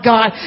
God